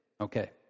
Okay